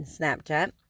Snapchat